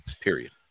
period